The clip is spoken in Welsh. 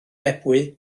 ebwy